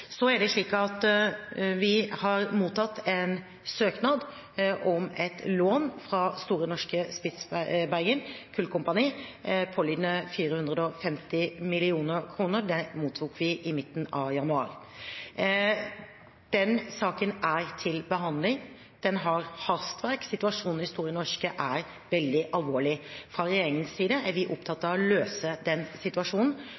Det er slik at vi har mottatt en søknad fra Store Norske Spitsbergen Kulkompani om et lån pålydende 450 mill. kr. Den mottok vi i midten av januar. Saken er til behandling, den har hastverk, situasjonen i Store Norske er veldig alvorlig. Fra regjeringens side er vi opptatt av å løse den situasjonen